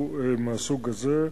של דת או משהו מהסוג הזה,